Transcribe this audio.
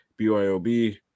byob